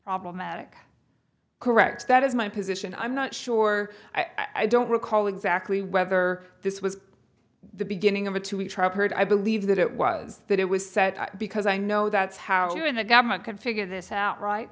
problematic correct that is my position i'm not sure i don't recall exactly whether this was the beginning of a two week trial period i believe that it was that it was set out because i know that's how you and the government can figure this out right